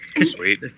Sweet